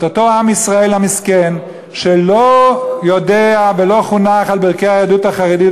את אותו עם ישראל המסכן שלא יודע ולא חונך על ברכי היהדות החרדית,